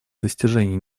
достижения